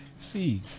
see